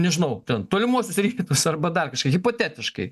nežinau ten tolimuosius rytus arba dar kažką hipotetiškai